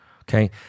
okay